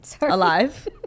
Alive